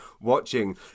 watching